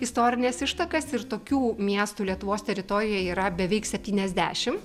istorines ištakas ir tokių miestų lietuvos teritorijoj yra beveik septyniasdešimt